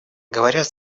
говорят